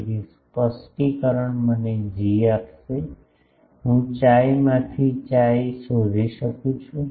તેથી સ્પષ્ટીકરણ મને જી આપશે હું chi માંથી chi શોધી શકું છું